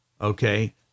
okay